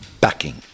backing